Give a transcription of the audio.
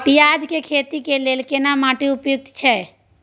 पियाज के खेती के लेल केना माटी उपयुक्त छियै?